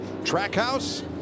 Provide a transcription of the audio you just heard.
Trackhouse